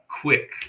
quick